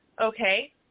okay